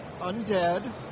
undead